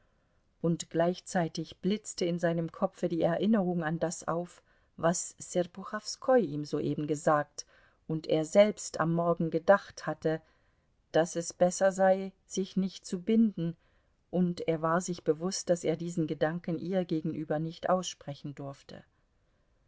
und gleichzeitig blitzte in seinem kopfe die erinnerung an das auf was serpuchowskoi ihm soeben gesagt und er selbst am morgen gedacht hatte daß es besser sei sich nicht zu binden und er war sich bewußt daß er diesen gedanken ihr gegenüber nicht aussprechen durfte